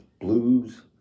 blues